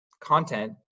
content